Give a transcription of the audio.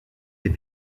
les